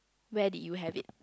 where did you have it